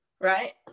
right